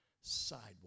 sidewalk